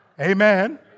Amen